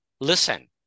listen